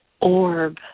orb